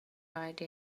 write